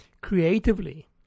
creatively